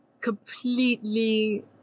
completely